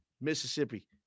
Mississippi